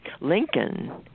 Lincoln